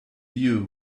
view